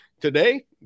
today